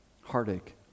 heartache